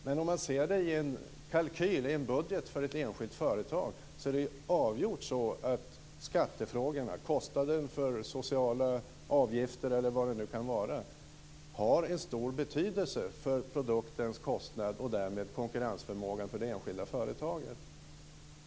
Men om man ser detta i en kalkyl, i en budget för ett enskilt företag, så är det avgjort så att skattefrågorna, kostnaderna för sociala avgifter eller vad det nu kan vara, har en stor betydelse för produktens kostnad och därmed för konkurrensförmågan för det enskilda företaget.